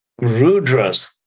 Rudra's